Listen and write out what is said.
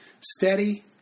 steady